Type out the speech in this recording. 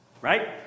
right